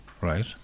Right